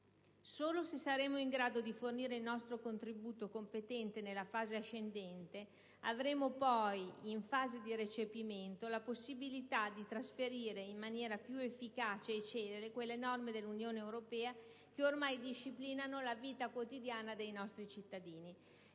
solo se saremo in grado di fornire il nostro contributo competente nella fase ascendente, avremo poi, in fase di recepimento, la possibilità di trasferire in maniera più efficace e celere, quelle norme dell'Unione europea che ormai disciplinano la vita quotidiana dei nostri cittadini.